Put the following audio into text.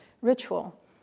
ritual